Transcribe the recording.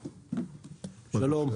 שלום.